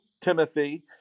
Timothy